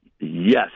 Yes